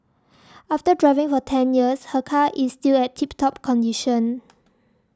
after driving for ten years her car is still at tip top condition